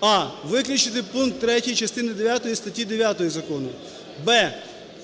а) виключити пункт 3 частини дев'ятої статті 9 закону; б)